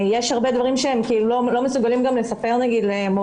יש הרבה דברים שהם לא מסוגלים גם לספר למורים,